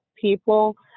people